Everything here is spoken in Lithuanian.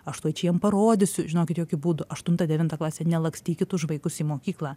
aš tuoj čia jam parodysiu žinokit jokiu būdu aštuntą devintą klasė nelakstykit už vaikus į mokyklą